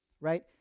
Right